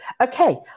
Okay